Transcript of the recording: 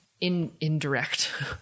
indirect